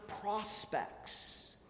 Prospects